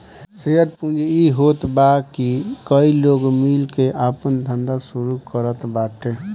share पूंजी इ होत बाकी कई लोग मिल के आपन धंधा शुरू करत बाटे